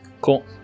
Cool